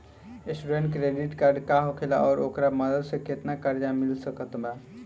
Student credit card का होखेला और ओकरा मदद से केतना कर्जा मिल सकत बा?